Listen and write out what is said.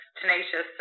tenacious